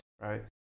right